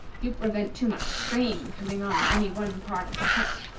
you prevent too much strain coming on any one part of the trunk.